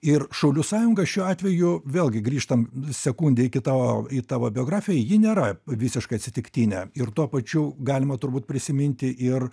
ir šaulių sąjunga šiuo atveju vėlgi grįžtam sekundei iki tavo į tavo biografiją ji nėra visiškai atsitiktinė ir tuo pačiu galima turbūt prisiminti ir